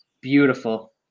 Beautiful